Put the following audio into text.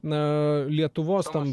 na lietuvos tam